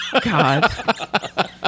God